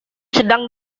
sedang